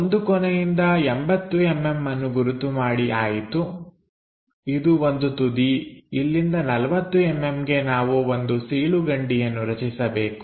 ಒಂದು ಕೊನೆಯಿಂದ 80mm ಅನ್ನು ಗುರುತು ಮಾಡಿ ಆಯಿತು ಇದು ಒಂದು ತುದಿ ಇಲ್ಲಿಂದ 40mm ಗೆ ನಾವು ಒಂದು ಸೀಳು ಗಂಡಿಯನ್ನು ರಚಿಸಬೇಕು